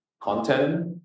content